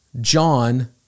John